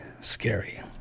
scary